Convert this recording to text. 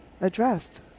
addressed